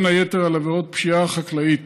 בין היתר על עבירות פשיעה חקלאית.